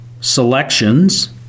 selections